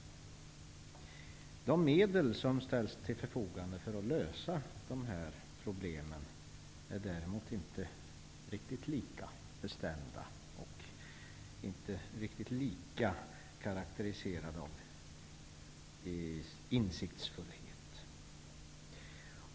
Däremot är de medel som ställs till förfogande för att lösa dessa problem inte riktigt lika bestämda och karakteriserade av insiktsfullhet.